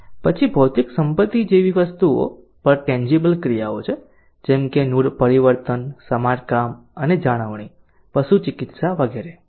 પછી ભૌતિક સંપત્તિ જેવી વસ્તુઓ પર ટેન્જીબલ ક્રિયાઓ છે જેમ કે નૂર પરિવર્તન સમારકામ અને જાળવણી પશુ ચિકિત્સા વગેરે